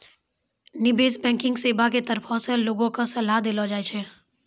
निबेश बैंकिग सेबा के तरफो से लोगो के सलाहो देलो जाय छै